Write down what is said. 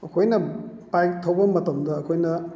ꯑꯩꯈꯣꯏꯅ ꯕꯥꯏꯛ ꯊꯧꯕ ꯃꯇꯝꯗ ꯑꯩꯈꯣꯏꯅ